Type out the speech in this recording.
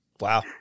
Wow